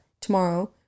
tomorrow